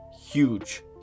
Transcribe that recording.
huge